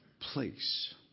place